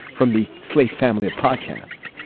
from the slate family of podcasts.